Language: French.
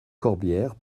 corbière